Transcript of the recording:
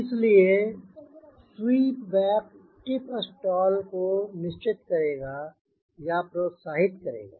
इसलिए sweep back tip stall को निश्चित करेगा या प्रोत्साहित करेगा